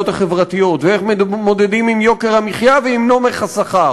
החברתיות ואיך מתמודדים עם יוקר המחיה ועם נומך השכר.